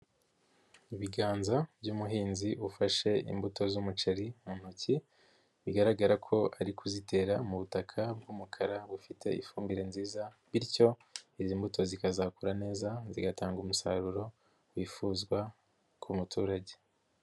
Ibiganza by'ubuhinzi ufashe imbuto z'umuceri mu ntoki bigaragara ko ari kuzitera mu butaka bw'umukara bufite ifumbire nziza, bityo izi mbuto zikazakura neza zigatanga umusaruro wifuzwa ku muturage.